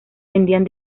vendían